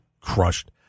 crushed